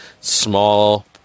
Small